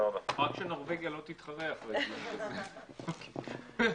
הישיבה ננעלה בשעה 13:50.